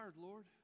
lord